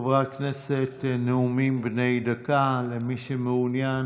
חברי הכנסת, נאומים בני דקה, למי שמעוניין.